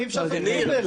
אי אפשר לעשות כלום באילת.